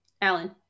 Alan